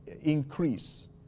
increase